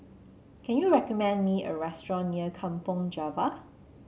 can you recommend me a restaurant near Kampong Java